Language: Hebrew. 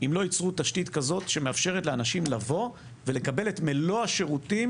אם לא ייצרו תשתית שמאפשרת לאנשים לבוא ולקבל את מלוא השירותים,